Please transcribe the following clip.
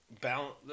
balance